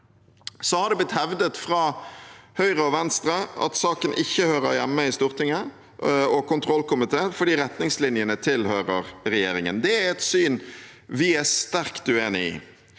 Det har blitt hevdet fra Høyre og Venstre at saken ikke hører hjemme i Stortinget og kontrollkomiteen fordi retningslinjene tilhører regjeringen. Det er et syn vi er sterkt uenig i.